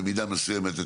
במידה מסוימת,